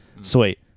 sweet